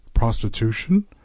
prostitution